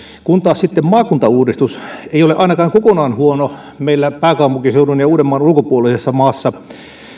kun taas sitten maakuntauudistus ei ole ainakaan kokonaan huono meillä pääkaupunkiseudun ja uudenmaan ulkopuolisessa maassa